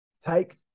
take